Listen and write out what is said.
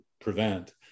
prevent